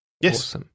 Yes